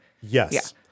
Yes